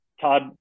Todd